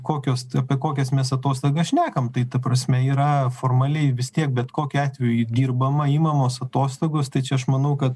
kokios apie kokias mes atostogas šnekam tai ta prasme yra formaliai vis tiek bet kokiu atveju dirbama imamos atostogos tai čia aš manau kad